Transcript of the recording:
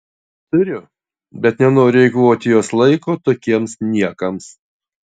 turiu bet nenoriu eikvoti jos laiko tokiems niekams